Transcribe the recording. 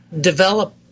develop